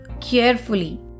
carefully